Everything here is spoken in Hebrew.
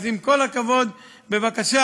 אז עם כל הכבוד, בבקשה,